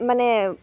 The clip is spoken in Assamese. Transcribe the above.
মানে